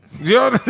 Yo